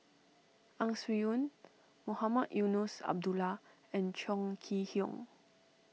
Ang Swee Aun Mohamed Eunos Abdullah and Chong Kee Hiong